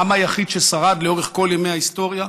העם היחיד ששרד לאורך כל ימי ההיסטוריה,